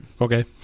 Okay